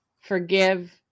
forgive